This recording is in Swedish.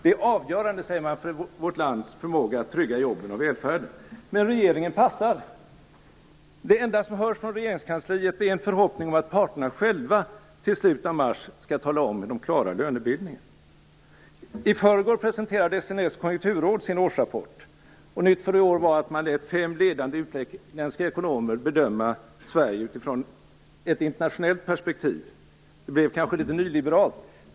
Man säger att det är avgörande för vårt lands förmåga att trygga jobben och välfärden. Men regeringen passar. Det enda som hörs från Regeringskansliet är en förhoppning om att parterna själva till slutet av mars skall tala om hur de klarar lönebildningen. I förrgår presenterade SNS konjunkturråd sin årsrapport. Nytt för i år var att man låtit fem ledande utländska ekonomer bedöma Sverige utifrån ett internationellt perspektiv. Det blev kanske litet nyliberalt.